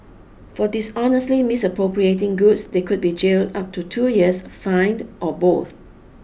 for dishonestly misappropriating goods they could be jailed up to two years fined or both